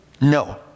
no